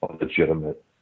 legitimate